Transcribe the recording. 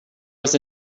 was